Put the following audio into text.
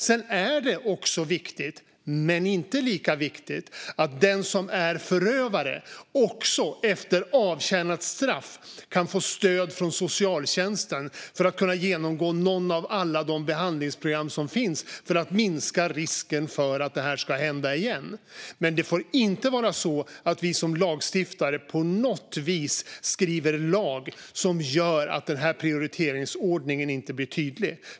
Sedan är det också viktigt, men inte lika viktigt, att förövare efter avtjänat straff kan få stöd från socialtjänsten för att genomgå något av alla de behandlingsprogram som finns för att minska risken att det här ska hända igen. Det får inte vara så att vi som lagstiftare på något vis skriver lag som gör att den här prioriteringsordningen inte blir tydlig.